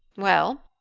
well,